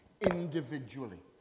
individually